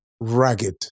ragged